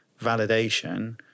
validation